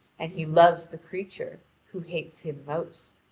and he loves the creature who hates him most.